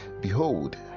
behold